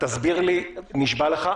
נשבע לך,